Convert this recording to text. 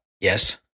Yes